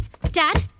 Dad